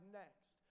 next